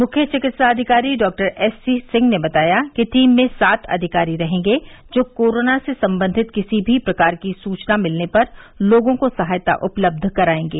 मुख्य चिकित्साधिकारी doctor S C Singh ने बताया कि टीम में सात अधिकारी रहेंगे जो कोरोना से संबंधित किसी भी प्रकार की सुचना मिलने पर लोगों को सहायता उपलब्ध कराएंगे